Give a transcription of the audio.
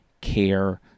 care